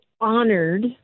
honored